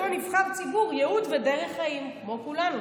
נבחר ציבור ייעוד ודרך חיים" כמו כולנו,